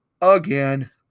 again